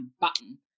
button